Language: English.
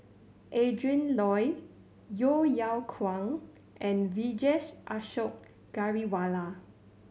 Adrin Loi Yeo Yeow Kwang and Vijesh Ashok Ghariwala